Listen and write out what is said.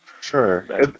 sure